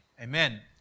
Amen